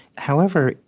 however,